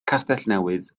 castellnewydd